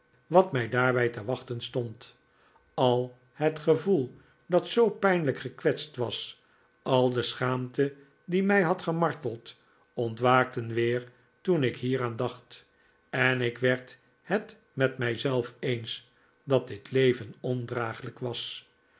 wat mij daarbij te wachten stond ai het gevoel dat zoo pijnlijk gekwetst was al de schaamte die mij had gemarteld ontwaakten weer toen ik hieraan dacht en ik werd het met mij zelf eens dat dit leven ondraaglijk was